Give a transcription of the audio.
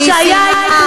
כי היא סיימה.